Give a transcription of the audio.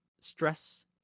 stress